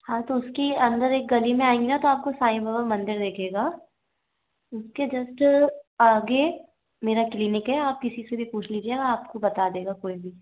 हाँ तो उसकी अंदर एक गली में आएंगे तो आपको साइड में मंदिर दिखेगा उसके जस्ट आगे मेरा क्लीनिक है आप किसी से भी पूछ लीजिएगा आपको बता देगा कोई भी